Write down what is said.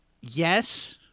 Yes